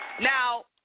Now